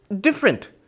different